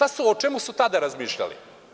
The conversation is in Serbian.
O čemu su tada razmišljali?